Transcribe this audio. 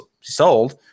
sold